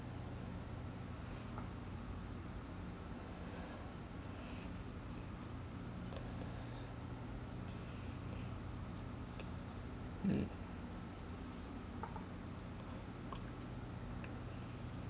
mm